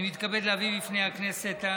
אני מתכבד להביא בפני הכנסת,